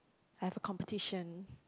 I have a competition